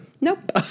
Nope